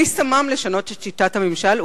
מי שמם לשנות את שיטת הממשל,